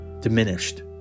diminished